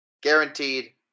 Guaranteed